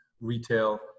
retail